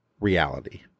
reality